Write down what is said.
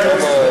תודה.